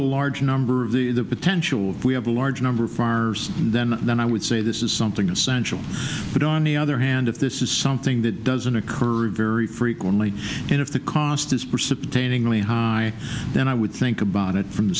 a large number of the potential we have a large number of farmers then then i would say this is something essential but on the other hand if this is something that doesn't occur very frequently and if the cost is perceptive taining really high then i would think about it from the